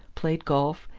played golf,